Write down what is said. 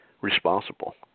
responsible